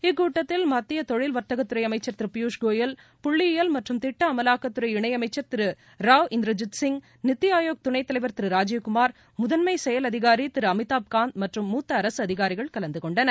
இக்கூட்டத்தில் மத்திய தொழில் வர்த்தகக்துறை அமைச்சர் திரு பியூஷ் கோயல் புள்ளியியல் மற்றும் திட்ட அமவாக்கத்துறை இணையமைச்சர் திரு ராவ் இந்தர்ஜித் சிங் நித்தி ஆயோக் துணைத்தலைவர் திரு ராஜீவ் குமார் முதன்மை செயல் அதிகாரி திரு அமிதாப்காந்த் மற்றும் மூத்த அரசு அதிகாரிகள் கலந்து கொண்டனர்